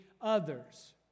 others